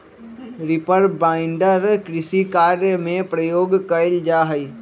reaper binder कृषि कार्य में प्रयोग कइल जा हई